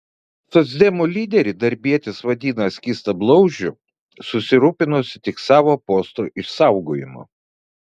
socdemų lyderį darbietis vadina skystablauzdžiu susirūpinusiu tik savo posto išsaugojimu